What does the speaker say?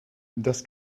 das